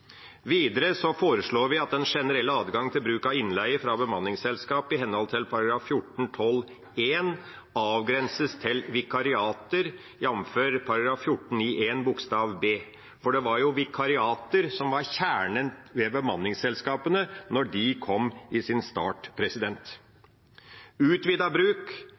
Videre foreslår vi at den generelle adgang til bruk av innleie fra bemanningsselskap i henhold til § 14-12 avgrenses til vikariater, jf. bokstav b. Det var vikariater som var kjernen i bemanningsselskapene da de var i sin start. Utvidet adgang til bruk